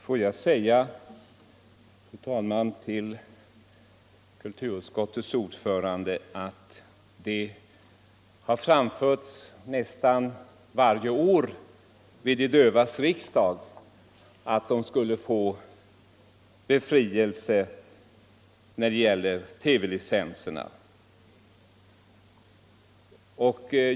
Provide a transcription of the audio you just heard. Fru talman! Får jag säga till kulturutskottets ordförande att det nästan varje år vid de dövas riksdag framförts önskemål om befrielse från att betala TV-licens.